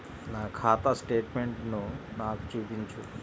నా ఖాతా స్టేట్మెంట్ను నాకు చూపించు